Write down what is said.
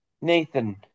Nathan